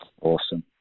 Awesome